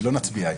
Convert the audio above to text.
לא נצביע היום.